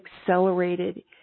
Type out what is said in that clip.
accelerated